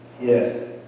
Yes